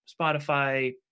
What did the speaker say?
Spotify